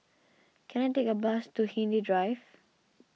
can I take a bus to Hindhede Drive